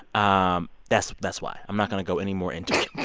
um that's that's why. i'm not going to go any more into it,